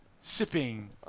sipping